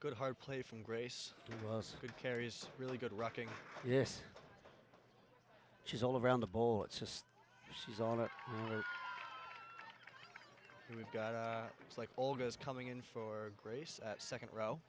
good hard play from grace was good carries really good rocking yes she's all around the ball it's just she's on a bit and we've got like olga is coming in for grace second row